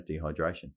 dehydration